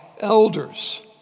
elders